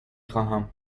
خواهم